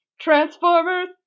Transformers